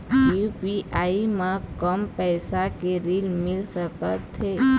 UPI म कम पैसा के ऋण मिल सकथे?